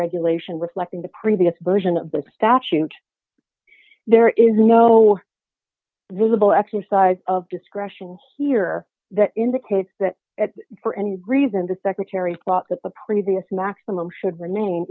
regulation reflecting the previous version of the statute there is no visible exercise of discretion here that indicates that for any reason the secretary thought that the previous maximum should re